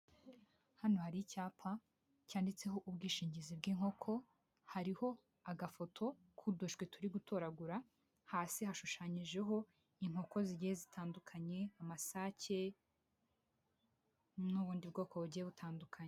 Hano hari icyapa cyanditseho ubwishingizi bw'inkoko, hariho agafoto k'udushwi turi gutoragura, hasi hashushanyijeho inkoko zigiye zitandukanye, amasake n'ubundi bwoko bugiye butandukanye.